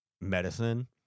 medicine